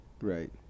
right